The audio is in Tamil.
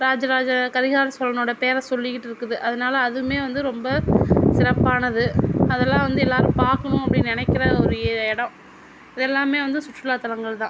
ராஜராஜ கரிகால சோழனோட பேர சொல்லிக்கிட் இருக்குது அதனால அதுவுமே வந்து ரொம்ப சிறப்பானது அதெல்லாம் வந்து எல்லாரும் பார்க்கணும் அப்படின்னு நினைக்கிற ஒரு இடம் இது எல்லாமே வந்து சுற்றுலாத்தலங்கள் தான்